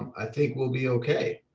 i think we'll be okay.